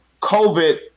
COVID